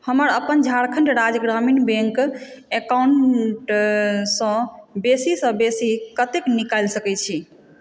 हमर अपन झारखण्ड राज्य ग्रामीण बैंक एकाउन्ट सँ बेसी सँ बेसी कतेक निकालि सकैत छी